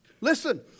Listen